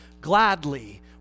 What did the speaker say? gladly